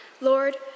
Lord